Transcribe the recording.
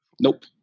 Nope